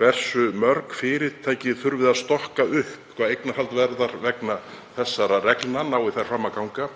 hversu mörg fyrirtæki þurfi að stokka upp hvað eignarhald varðar vegna þessara reglna, nái þær fram að ganga,